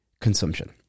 consumption